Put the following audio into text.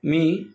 मी